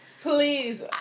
please